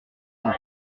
sont